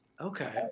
Okay